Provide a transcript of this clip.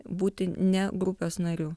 būti ne grupės nariu